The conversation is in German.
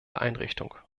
einrichtung